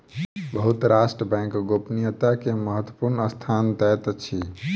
बहुत राष्ट्र बैंक गोपनीयता के महत्वपूर्ण स्थान दैत अछि